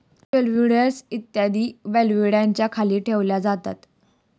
जिओडेक्स इत्यादी बेल्व्हियाच्या खाली ठेवल्या जातात